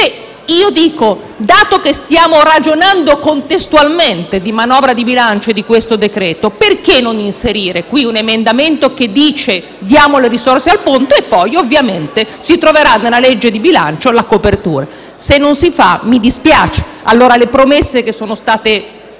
Allora, dato che stiamo ragionando contestualmente di manovra di bilancio e di questo decreto-legge, perché non inserire qui un emendamento che dice: diamo le risorse al ponte e poi si troverà nella legge di bilancio la copertura? Se questo non si fa, mi dispiace: allora le promesse, date